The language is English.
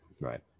Right